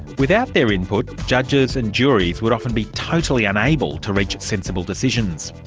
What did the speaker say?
without their input, judges and juries would often be totally unable to reach sensible decisions.